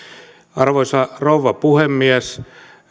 arvoisa rouva puhemies